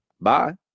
Bye